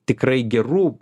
tikrai gerų